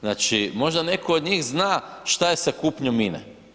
Znači možda netko od njih zna šta je sa kupnjom INE?